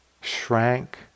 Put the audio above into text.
shrank